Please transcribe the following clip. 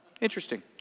interesting